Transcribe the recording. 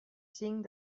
cinc